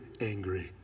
angry